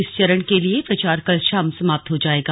इस चरण के लिए प्रचार कल शाम समाप्त हो जाएगा